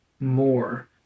more